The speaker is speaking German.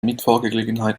mitfahrgelegenheit